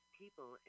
people